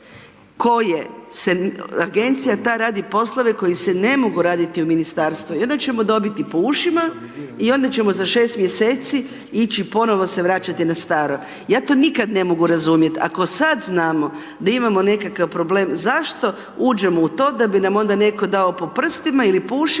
koje se, agencija ta radi poslove koji se ne mogu radi u ministarstvu. I ona ćemo dobiti po ušima i onda ćemo za 6 mjeseci ići ponovo se vraćati na staro, ja to nikada ne mogu razumjeti. Ako sad znamo da imamo nekakav problem, zašto uđemo u to da bi nam onda neko dao po prstima ili po ušima